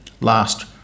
last